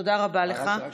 תודה רבה לך.